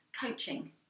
coaching